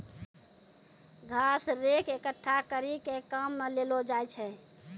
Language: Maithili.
घास रेक एकठ्ठा करी के काम मे लैलो जाय छै